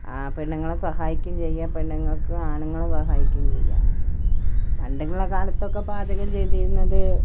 പെണ്ണുങ്ങളെ സഹായിക്കുകയും ചെയ്യാം പെണ്ണുങ്ങൾക്ക് ആണുങ്ങളെ സഹായിക്കുകയും ചെയ്യാം പണ്ടുള്ള കാലത്തൊക്കെ പാചകം ചെയ്തിരുന്നത്